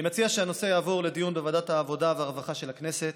אני מציע שהנושא יעבור לדיון בוועדת העבודה והרווחה של הכנסת,